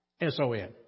S-O-N